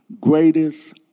greatest